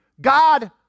God